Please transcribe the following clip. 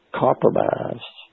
compromised